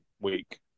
week